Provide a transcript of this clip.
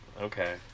Okay